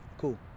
cool